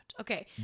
Okay